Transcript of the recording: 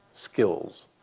skills,